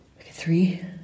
Three